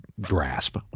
grasp